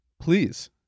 please